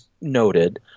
noted